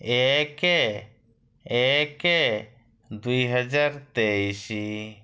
ଏକ ଏକ ଦୁଇ ହଜାର ତେଇଶ